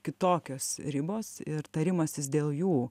kitokios ribos ir tarimasis dėl jų